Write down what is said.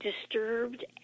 disturbed